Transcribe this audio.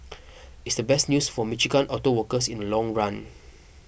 it's the best news for Michigan auto workers in a long run